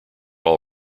all